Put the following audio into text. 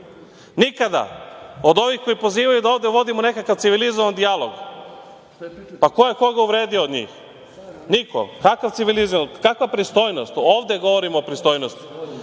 izvini od ovih koji pozivaju da ovde vodimo nekakav civilizovan dijalog. Pa, koje koga uvredio od njih? Niko. Kakva pristojnost? Ovde govorimo o pristojnosti.